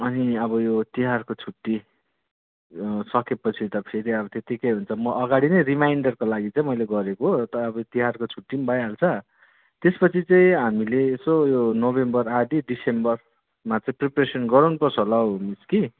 अनि अब यो तिहारको छुट्टी सकेपछि त फेरि अब त्यतिकै हुन्छ म अगाडि नै रिमाइन्डरको लागि चाहिँ गरेको अब तिहारको छुट्टी पनि भइहाल्छ त्यसपछि चाहिँ हामीले यसो यो नोभेम्बर आधी डिसेम्बरमा चाहिँ प्रिपरेसन गराउनु पर्छ होला हौ मिस कि